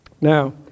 Now